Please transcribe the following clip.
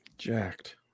Jacked